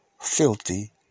filthy